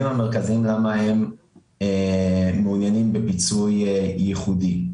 המרכזיים בגללם הם מעוניינים בפיצוי ייחודי.